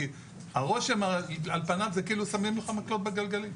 כי הרושם על פניו הוא כאילו שמים לך מקלות בגלגלים.